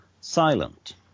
silent